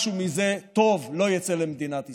משהו טוב לא יצא מזה למדינת ישראל.